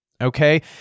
Okay